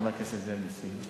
חבר הכנסת נסים זאב.